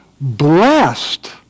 blessed